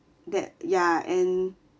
that ya and